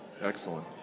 Excellent